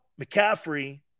McCaffrey